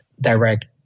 direct